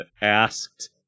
asked